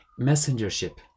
messengership